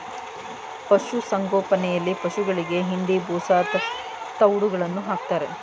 ಪಶುಸಂಗೋಪನೆಯಲ್ಲಿ ಪಶುಗಳಿಗೆ ಹಿಂಡಿ, ಬೂಸಾ, ತವ್ಡುಗಳನ್ನು ಹಾಕ್ತಾರೆ